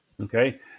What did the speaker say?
Okay